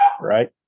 right